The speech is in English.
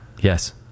Yes